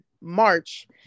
March